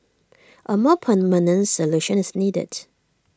A more permanent solution is needed